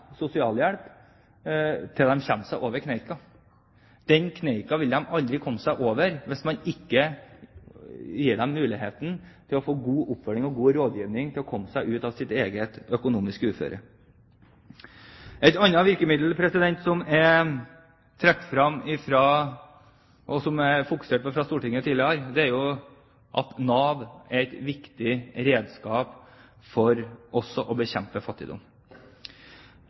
sosialhjelp til de kommer seg over kneika. Den kneika vil de aldri komme seg over hvis man ikke gir dem muligheten til å få god oppfølging og god rådgivning for å komme seg ut av sitt eget økonomiske uføre. Et annet virkemiddel som er trukket fram og fokusert på i Stortinget tidligere, er at Nav er et viktig redskap også for å bekjempe fattigdom.